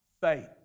faith